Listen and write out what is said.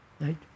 Right